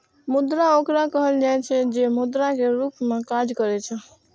मुद्रा ओकरा कहल जाइ छै, जे मुद्रा के रूप मे काज करै छै